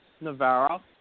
Navarro